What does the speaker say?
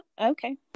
okay